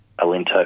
Alinta